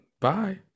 Bye